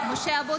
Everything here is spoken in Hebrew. (קוראת בשם חבר הכנסת) משה אבוטבול,